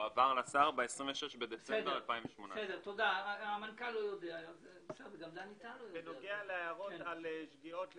הועבר לשר ב-26 בדצמבר 2018. בנוגע להערות על שגיאות לכאורה,